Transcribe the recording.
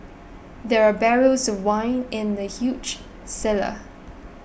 there were barrels of wine in the huge cellar